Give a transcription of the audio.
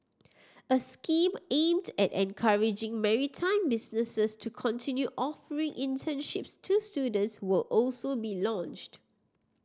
a scheme aimed at encouraging maritime businesses to continue offering internships to students will also be launched